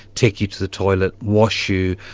take you to the toilet, wash you,